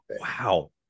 Wow